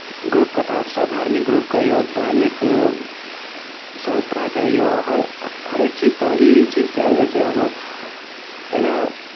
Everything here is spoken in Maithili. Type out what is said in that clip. ग्रुपके तरफसँ धार्मिक ग्रुप कहियौ धार्मिक संस्था कहियौ हर ह हरेक चीज तऽ ई चीज कयल जाइ छै आब एना